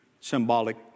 Symbolic